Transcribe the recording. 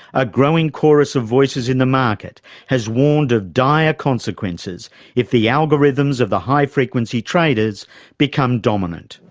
a growing chorus of voices in the market has warned of dire consequences if the algorithms of the high-frequency traders become dominant.